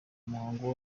umuhango